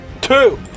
Two